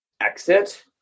exit